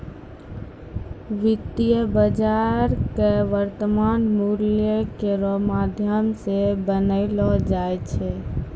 वित्तीय बाजार क वर्तमान मूल्य केरो माध्यम सें बनैलो जाय छै